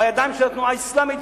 בידיים של התנועה האסלאמית,